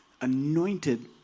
anointed